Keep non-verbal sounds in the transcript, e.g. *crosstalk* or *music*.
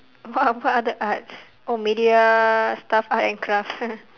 *laughs* what other arts oh media stuff arts and crafts *laughs*